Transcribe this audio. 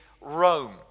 Rome